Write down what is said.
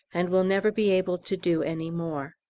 and will never be able to do any more.